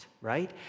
right